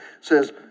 says